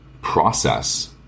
process